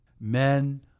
Men